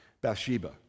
Bathsheba